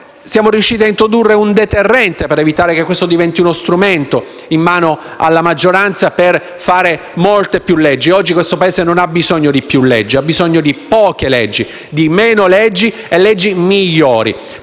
siamo riusciti a introdurre un deterrente, per evitare che questo diventi uno strumento in mano alla maggioranza per fare molte più leggi: oggi infatti questo Paese non ha bisogno di più leggi, ma di meno leggi e di leggi migliori